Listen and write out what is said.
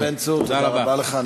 חבר הכנסת בן צור, תודה רבה לך.